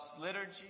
liturgy